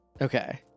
Okay